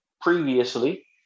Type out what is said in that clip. previously